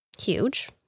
huge